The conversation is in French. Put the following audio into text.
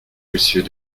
monsieur